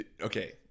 Okay